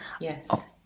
Yes